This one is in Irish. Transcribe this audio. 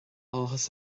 áthas